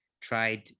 tried